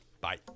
bye